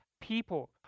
people